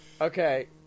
Okay